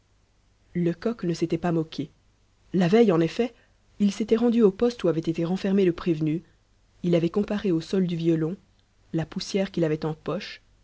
lecoq ne s'était pas moqué la veille en effet il s'était rendu au poste où avait été renfermé le prévenu il avait comparé au sol du violon la poussière qu'il avait en poche